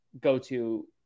go-to